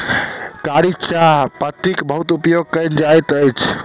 कारी चाह पत्तीक बहुत उपयोग कयल जाइत अछि